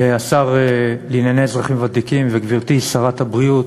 השר לאזרחים ותיקים וגברתי שרת הבריאות,